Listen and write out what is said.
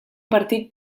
partit